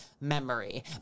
memory